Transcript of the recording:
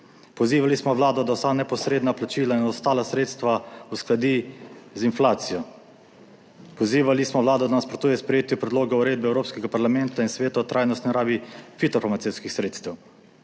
Pozivali smo Vlado, da vsa neposredna plačila in ostala sredstva uskladi z inflacijo. Pozivali smo vlado, da nasprotuje sprejetju predloga uredbe Evropskega parlamenta in Sveta o trajnostni rabi fitofarmacevtskih sredstev.